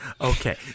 Okay